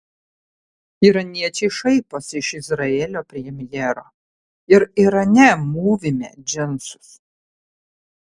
iraniečiai šaiposi iš izraelio premjero ir irane mūvime džinsus